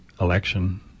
election